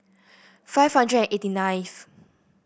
five hundred and eighty ninth